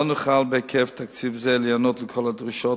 לא נוכל בהיקף תקציב זה להיענות לכל הדרישות